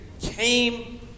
came